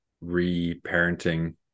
re-parenting